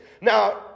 Now